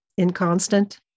Inconstant